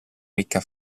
ricca